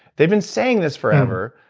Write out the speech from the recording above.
they've been saying this forever.